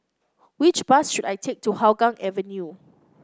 which bus should I take to Hougang Avenue